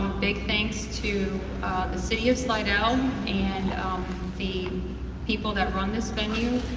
big thanks to the city of slidell and the people that run this venue,